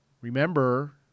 Remember